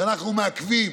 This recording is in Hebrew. שאנחנו מעכבים,